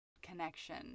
connection